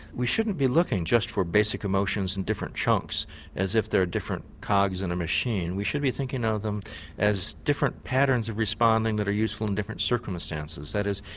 we shouldn't be looking just for basic emotions in different chunks as if they are different cogs in a machine. we should be thinking of them as different patterns of responding that are useful in different circumstances. that is,